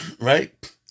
Right